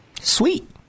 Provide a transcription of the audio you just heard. Sweet